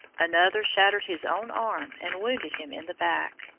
another shattered his own arm and wounded him in the back.